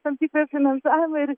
tam tikrą finansavimą ir